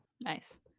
nice